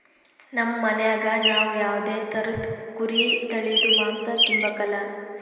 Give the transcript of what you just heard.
ನಮ್ ಮನ್ಯಾಗ ನಾವ್ ಯಾವ್ದೇ ತರುದ್ ಕುರಿ ತಳೀದು ಮಾಂಸ ತಿಂಬಕಲ